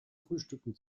frühstücken